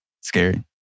scary